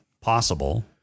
possible